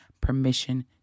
permission